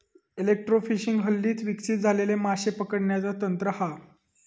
electrofishing हल्लीच विकसित झालेला माशे पकडण्याचा तंत्र हा